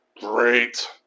Great